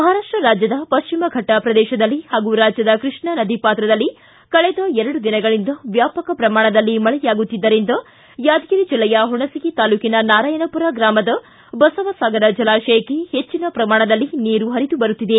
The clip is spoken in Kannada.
ಮಹಾರಾಷ್ಸ ರಾಜ್ಯದ ಪಶ್ಚಿಮಫಟ್ನ ಪ್ರದೇಶದಲ್ಲಿ ಹಾಗೂ ರಾಜ್ಯದ ಕೃಷ್ಣಾ ನದಿ ಪಾತ್ರದಲ್ಲಿ ಕಳೆದ ಎರಡು ದಿನಗಳಿಂದ ವ್ಯಾಪಕ ಪ್ರಮಾಣದಲ್ಲಿ ಮಳೆಯಾಗುತ್ತಿದ್ದರಿಂದ ಯಾದಗಿರಿ ಜಿಲ್ಲೆಯ ಪುಣಸಗಿ ತಾಲ್ಲೂಕಿನ ನಾರಾಯಣಮರ ಗ್ರಾಮದ ಬಸವಸಾಗರ ಜಲಾಶಯಕ್ಕೆ ಹೆಚ್ಚಿನ ಪ್ರಮಾಣದಲ್ಲಿ ನೀರು ಹರಿದು ಬರುತ್ತಿದೆ